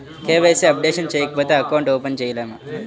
KYC updation చేయకపోతే account open చేయలేమా?